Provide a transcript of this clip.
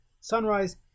sunrise